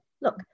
Look